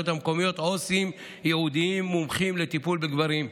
המקומיות עובדים סוציאליים ייעודיים מומחים לטיפול בגברים,